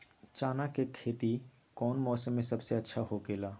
चाना के खेती कौन मौसम में सबसे अच्छा होखेला?